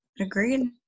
Agreed